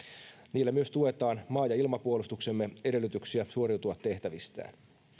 niillä myös tuetaan maa ja ilmapuolustuksemme edellytyksiä suoriutua tehtävistään